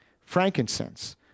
frankincense